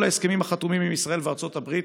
ההסכמים החתומים עם ישראל וארצות הברית,